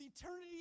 eternity